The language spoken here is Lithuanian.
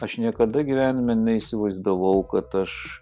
aš niekada gyvenime neįsivaizdavau kad aš